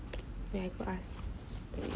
wait I go ask